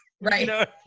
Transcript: right